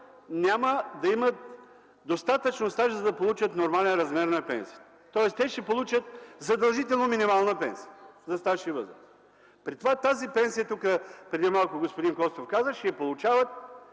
няма да имат достатъчно стаж, за да получат нормален размер на пенсията. Тоест, те ще получат задължително минимална пенсия за стаж и възраст. При това тази пенсия, преди малко господин Костов каза, ще я получават